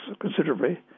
considerably